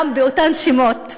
גם באותם שמות,